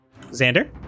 Xander